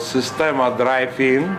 sistemą drive in